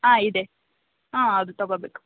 ಹಾಂ ಇದೆ ಹಾಂ ಅದು ತಗೋಬೇಕು